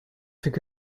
think